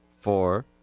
four